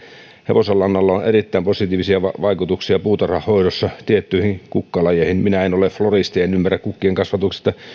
hevosenlannalla on aina ollut erittäin positiivisia vaikutuksia puutarhanhoidossa tiettyihin kukkalajeihin minä en ole floristi en ymmärrä kukkien kasvatuksesta